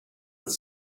that